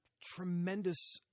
tremendous